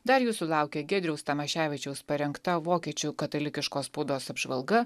dar jūsų laukia giedriaus tamoševičiaus parengta vokiečių katalikiškos spaudos apžvalga